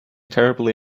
terribly